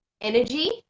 energy